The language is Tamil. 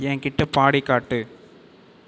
என்கிட்டே பாடிக் காட்டு